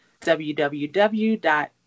www